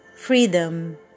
freedom